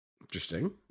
interesting